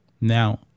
Now